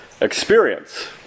experience